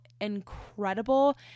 incredible